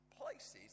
places